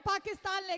Pakistan